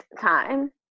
time